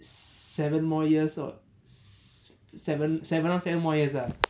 seven more years or seven seven or seven more years ah